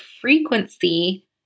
frequency